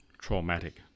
traumatic